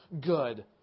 good